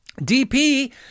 DP